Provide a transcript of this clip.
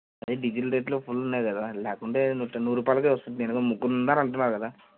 అదే డిగ్రీల రేట్లు ఫుల్ ఉన్నాయి కదా లేకుంటే నూట నూరు రూపాయలకి వస్తుంటి నేను మీరు ముగ్గురు ఉన్నారు అంటున్నారు కదా